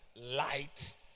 light